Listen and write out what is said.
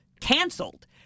canceled